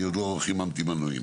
אני עוד לא חיממתי מנועים,